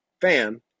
fan